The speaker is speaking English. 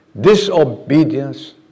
disobedience